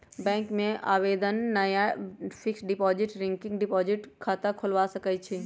bank में आवेदन द्वारा नयका फिक्स्ड डिपॉजिट, रिकरिंग डिपॉजिट खता खोलबा सकइ छी